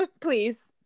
Please